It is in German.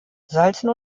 salzen